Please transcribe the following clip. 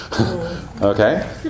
Okay